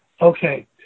Okay